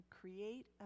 create